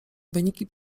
wyniki